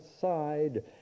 side